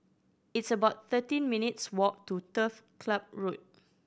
it's about thirteen minutes' walk to Turf Club Road